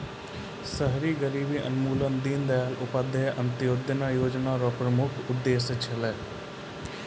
शहरी गरीबी उन्मूलन दीनदयाल उपाध्याय अन्त्योदय योजना र प्रमुख उद्देश्य छलै